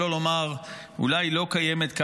שלא לומר אולי לא קיימת,